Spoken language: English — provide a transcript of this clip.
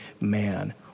man